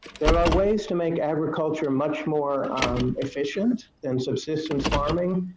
there are ways to make agriculture much more efficient than subsistence farming,